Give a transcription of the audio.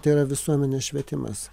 tai yra visuomenės švietimas